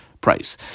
price